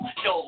yo